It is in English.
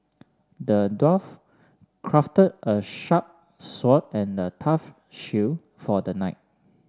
the dwarf crafted a sharp sword and a tough shield for the knight